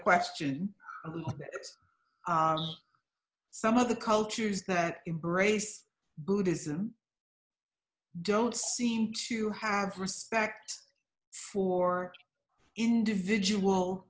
question some of the cultures that embrace buddhism don't seem to have respect for individual